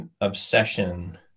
obsession